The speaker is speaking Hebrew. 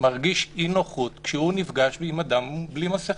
מרגיש אי-נוחות כשהוא נפגש עם אדם בלי מסכה.